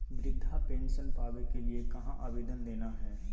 वृद्धा पेंसन पावे के लिए कहा आवेदन देना है?